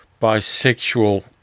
bisexual